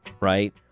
Right